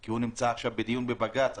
כי הוא נמצא עכשיו בדיון בבג"ץ.